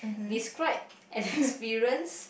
describe an experience